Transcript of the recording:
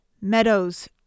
Meadows